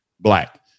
black